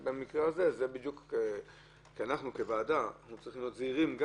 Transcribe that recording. אנחנו כוועדה צריכים להיות זהירים.